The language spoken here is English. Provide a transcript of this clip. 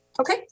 Okay